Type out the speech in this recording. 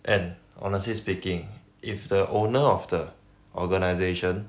and honestly speaking if the owner of the organisation